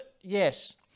Yes